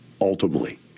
Ultimately